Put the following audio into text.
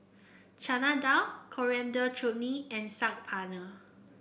Chana Dal Coriander Chutney and Saag Paneer